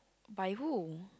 by who